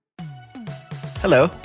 hello